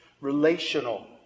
relational